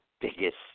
biggest